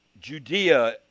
Judea